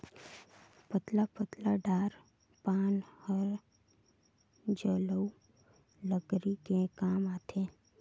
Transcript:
पतला पतला डार पान हर जलऊ लकरी के काम आथे